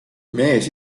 mees